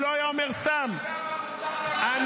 הוא לא היה אומר סתם --- איך אתה יודע מה מותר לו לדעת?